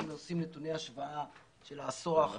אם ניקח נתוני השוואה של העשור האחרון,